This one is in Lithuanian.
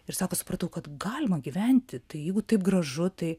ir sako supratau kad galima gyventi tai jeigu taip gražu tai